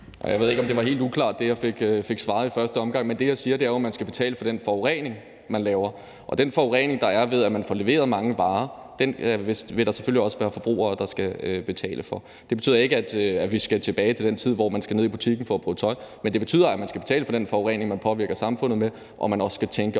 Jeg ved ikke, om det, jeg fik svaret i første omgang, var helt uklart, men det, jeg siger, er jo, at man skal betale for den forurening, man laver. Og den forurening, der er ved, at man får leveret mange varer, vil der selvfølgelig også være forbrugere der skal betale for. Det betyder ikke, at vi skal tilbage til den tid, hvor man skal ned i butikken for at prøve tøj, men det betyder, at man skal betale for den forurening, man påvirker samfundet med, og at man også skal tænke